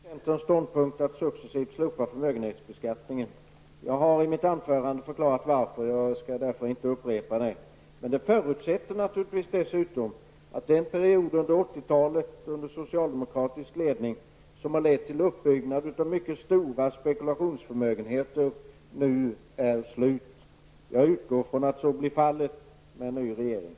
Herr talman! Lars Hedfors uttryckte förvåning över centerns ståndpunkt att successivt vilja slopa förmögenhetsbeskattningen. Jag har i mitt anförande förklarat varför och skall inte upprepa det. Men det förutsätter naturligtvis att den period av 1980-talet under socialdemokratisk ledning som har lett till en uppbyggnad av mycket stora spekulationsförmögenheter nu är avslutad. Jag utgår från att så blir fallet med en ny regering.